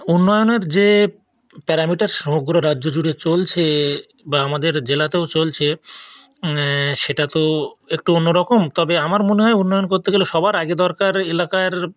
উন্নয়নের যে প্যারামিটার সমগ্র রাজ্য জুড়ে চলছে বা আমাদের জেলাতেও চলছে সেটা তো একটু অন্য রকম তবে আমার মনে হয় উন্নয়ন করতে গেলে সবার আগে দরকার এলাকার